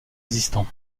existants